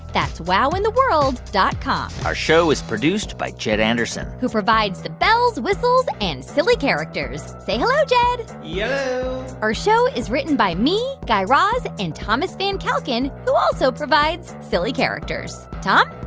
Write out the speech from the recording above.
that's wowintheworld dot com our show is produced by jed anderson. who provides the bells, whistles and silly characters. say hello, jed yello yeah our show is written by me, guy raz and thomas van kalken, who also provides silly characters. tom?